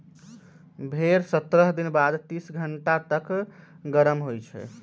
भेड़ सत्रह दिन बाद तीस घंटा तक गरम होइ छइ